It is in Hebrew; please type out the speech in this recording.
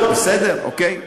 טוב, בסדר, אוקיי.